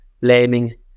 blaming